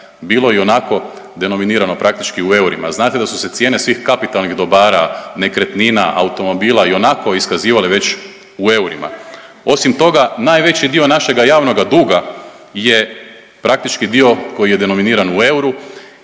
bilo ionako denominirano praktički u eurima, znate da su se cijene svih kapitalnih dobara, nekretnina, automobila ionako iskazivale već u eurima. Osim toga, najveći dio našega javnoga duga je praktično dio koji je denominiran u euru